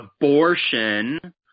abortion